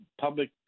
public